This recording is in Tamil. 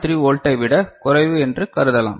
3 வோல்ட்டை விட குறைவு என்று கருதலாம்